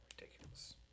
Ridiculous